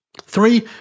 Three